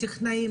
טכנאים,